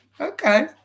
Okay